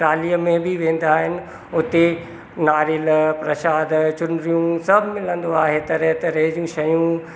ट्रालीअ में बि वेंदा आहिनि उते नारेल प्रसाद चुनुरियूं सभु मिलंदो आहे तरह तरह जूं शयूं